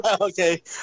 Okay